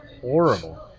horrible